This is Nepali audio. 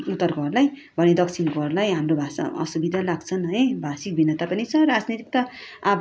उत्तरहरूकोलाई भने दक्षिणकोहरूलाई हाम्रो भाषा असुविदा लाग्छन् है भाषिक भिन्नता पनि छ राजनीति त अब